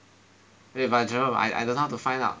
wait but Jerome I I don't know how to find out